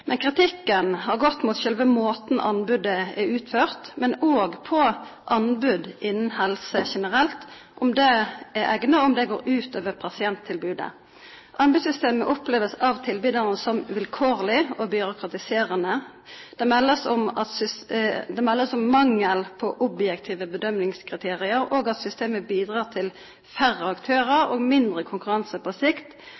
Kritikken har gått på selve måten anbudet er utført på, men også på anbud innen helse generelt: om det er egnet, og om det går ut over pasienttilbudet. Anbudssystemet oppleves av tilbyderne som vilkårlig og byråkratiserende. Det meldes om mangel på objektive bedømmingskriterier, og at systemet bidrar til færre